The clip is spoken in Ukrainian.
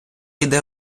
йде